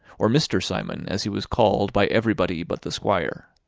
or mr. simon as he was called by everybody but the squire.